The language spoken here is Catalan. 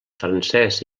francès